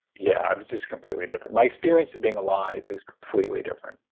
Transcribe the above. yeah, i was just completely different. my experience in being alive is completely different.